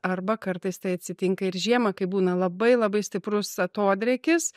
arba kartais tai atsitinka ir žiemą kai būna labai labai stiprus atodrėkis